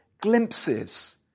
glimpses